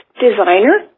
designer